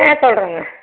ஆ சொல்கிறேங்க